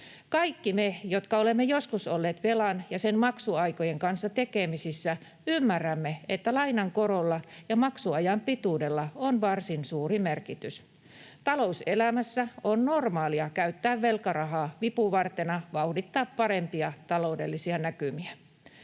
Kaikki me, jotka olemme joskus olleet velan ja sen maksuaikojen kanssa tekemisissä, ymmärrämme, että lainan korolla ja maksuajan pituudella on varsin suuri merkitys. Talouselämässä on normaalia käyttää velkarahaa vipuvartena vauhdittamaan parempia taloudellisia näkymiä.